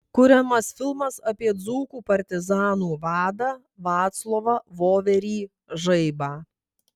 kuriamas filmas apie dzūkų partizanų vadą vaclovą voverį žaibą